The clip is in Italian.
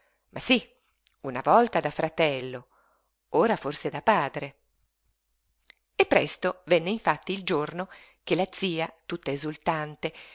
ma sí una volta da fratello ora forse da padre e presto venne infatti il giorno che la zia tutta esultante